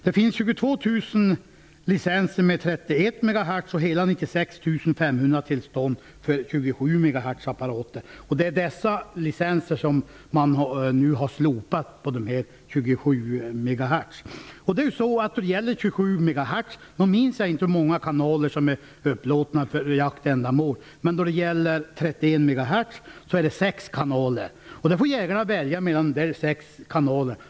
Det finns 22 000 licenser för apparater på 31 MHz-band och hela 96 500 tillstånd för 27 MHz-band. Det är licenser för 27 MHz-band som nu har slopats. Jag minns inte hur många kanaler som är upplåtna åt jaktändamål när det gäller frekvensen 27 MHz. När det gäller 31 MHz är det sex kanaler. Jägarna får välja mellan dessa sex kanaler.